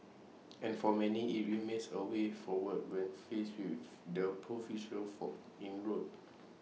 and for many IT remains A way forward when faced with the proverbial fork in road